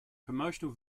promotional